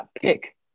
pick